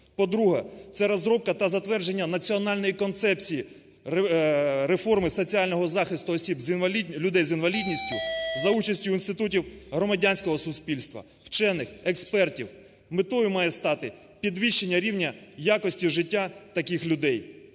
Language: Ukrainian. По-друге, це розробка та затвердження національної концепції реформи соціального захисту людей з інвалідністю за участю інститутів громадянського суспільства, вчених, експертів, метою має стати підвищення рівня якості життя таких людей.